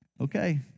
Okay